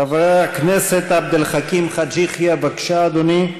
חבר הכנסת עבד אל חכים חאג' יחיא, בבקשה, אדוני.